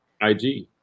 ig